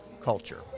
culture